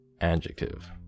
adjective